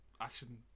action